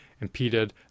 impeded